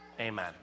Amen